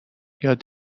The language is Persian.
یاد